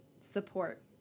support